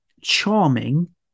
charming